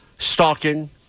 Stalking